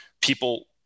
people